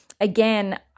again